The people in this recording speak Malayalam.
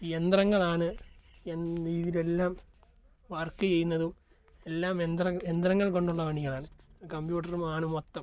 യന്ത്രങ്ങളാണ് എന്ന് ഇതിൽ എല്ലാം വർക്ക് ചെയ്യുന്നതും എല്ലാം യന്ത്ര യന്ത്രങ്ങൾ കൊണ്ടുള്ള പണിയാണ് കമ്പ്യൂട്ടറുമാണ് മൊത്തം